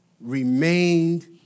remained